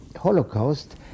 Holocaust